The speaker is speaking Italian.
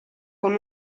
con